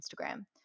Instagram